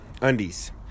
Undies